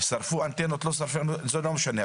שרפו אנטנות או לא, זה לא משנה.